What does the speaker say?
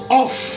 off